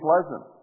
pleasant